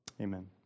Amen